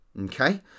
okay